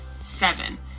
Seven